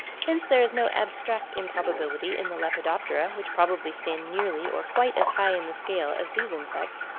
hence there is no abstract improbability in the lepidoptera, which probably stand nearly or quite as high in the scale as these insects,